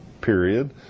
period